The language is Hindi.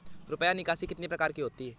रुपया निकासी कितनी प्रकार की होती है?